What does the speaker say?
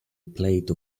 plate